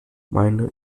meine